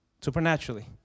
Supernaturally